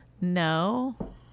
No